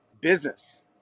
business